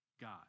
God